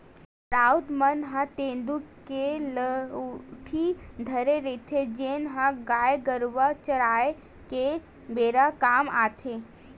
राउत मन ह तेंदू के लउठी धरे रहिथे, जेन ह गाय गरुवा चराए के बेरा काम म आथे